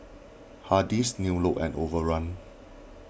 Hardy's New Look and Overrun